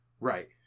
right